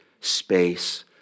space